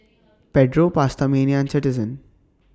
Pedro PastaMania and Citizen